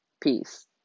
Peace